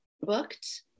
booked